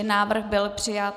Návrh byl přijat.